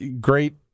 great